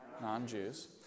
Non-Jews